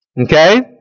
Okay